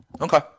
Okay